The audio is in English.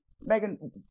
megan